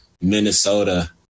Minnesota